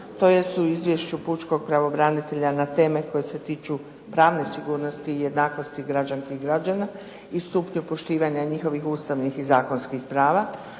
tj. u izvješću pučkog pravobranitelja na teme koje se tiču pravne sigurnosti i jednakosti građanka i građana i stupnju poštivanja njihovih ustavnih i zakonskih prava.